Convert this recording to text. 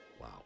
Wow